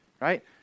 right